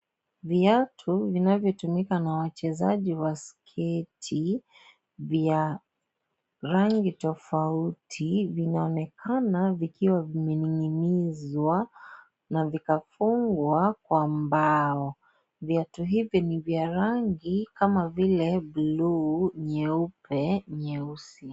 Viatu vinvyotumika na wachezaji wa skate vya rangi tofauti vinaonekana vikiwa vimeninginizwa na vikafungwa kwa mbao, viatu hivi ni vya rangi kama vile bluu, nyeupe nyeusi.